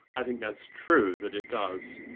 i think that's true that it does.